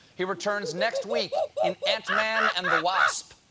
he returns next week in ant-man and the wasp.